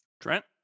Trent